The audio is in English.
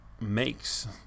makes